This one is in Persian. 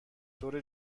طور